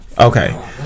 Okay